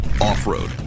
Off-road